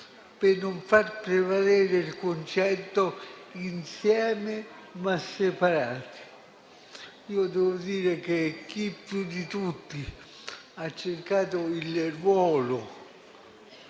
per non far prevalere il concetto "insieme, ma separati". Io devo dire che chi, più di tutti, ha cercato il ruolo